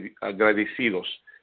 agradecidos